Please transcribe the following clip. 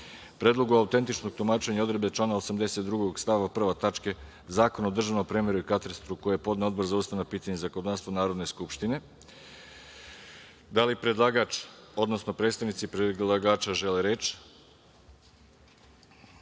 Predlogu autentičnog tumačenja odredbe člana 82. stav 1. tačka 2. Zakona o državnom premeru i katastru, koji je podneo Odbor za ustavna pitanja i zakonodavstvo Narodne skupštine. Da li predlagač, odnosno predstavnici predlagača žele reč? Reč